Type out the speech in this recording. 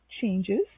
changes